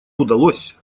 удалось